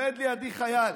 עומד לידי חייל,